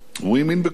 הוא האמין בכוחו,